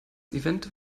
event